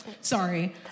Sorry